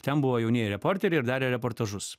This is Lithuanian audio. ten buvo jaunieji reporteriai ir darė reportažus